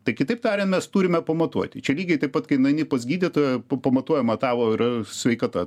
tai kitaip tariant mes turime pamatuoti čia lygiai taip pat kai nueini pas gydytoją pa pamatuojama tavo yra sveikata